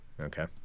Okay